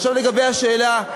לגבי השאלה,